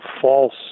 false